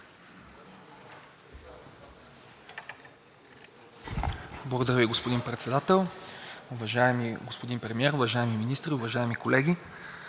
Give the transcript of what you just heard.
Благодаря Ви, господин Председател. Уважаеми господин Премиер, уважаеми министри, уважаеми колеги!